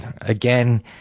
again